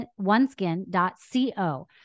oneskin.co